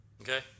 okay